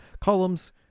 columns